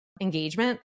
engagement